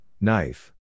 knife